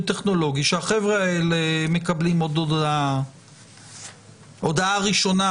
טכנולוגי שהחבר'ה האלה מקבלים הודעה ראשונה,